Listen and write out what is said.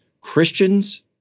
Christians